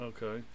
Okay